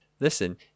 Listen